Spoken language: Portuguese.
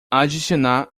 adicionar